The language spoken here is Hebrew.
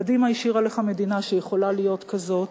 קדימה השאירה לך מדינה שיכולה להיות כזאת.